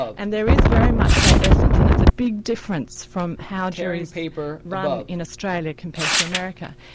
and there is very much that essence, and it's a big difference from how juries run in australia compared to america.